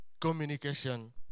communication